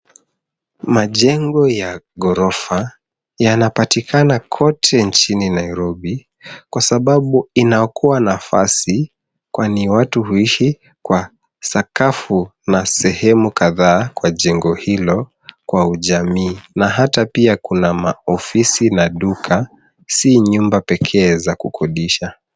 Majengo ya ghorofa yanapatikana kote nchini Nairobi, kwasababu inaokoa nafasi kwani watu huishi kwa sakafu na sehemu kadhaa kwa jengo hilo kwa jamii na hata pia kuna maofisi na duka si nyumba pekee za kukodisha.